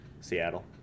Seattle